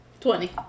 Twenty